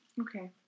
Okay